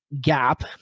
gap—